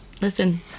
Listen